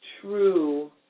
true